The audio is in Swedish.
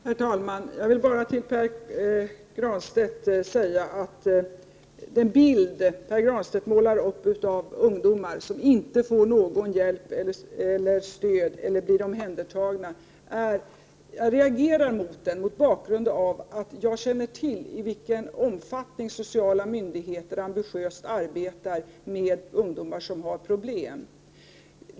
Herr talman! Jag vill bara säga till Pär Granstedt att jag reagerar mot den bild som han målar upp av ungdomar som inte får någon hjälp eller något stöd och som inte blir omhändertagna, mot bakgrund av att jag vet i vilken omfattning sociala myndigheter ambitiöst arbetar med ungdomar som har problem.